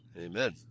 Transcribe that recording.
Amen